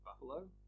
buffalo